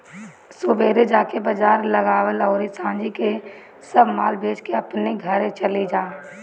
सुबेरे जाके बाजार लगावअ अउरी सांझी से सब माल बेच के अपनी घरे चली जा